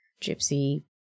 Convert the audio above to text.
gypsy